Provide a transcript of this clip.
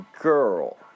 girl